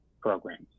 programs